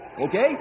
Okay